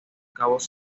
cabos